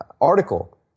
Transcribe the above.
article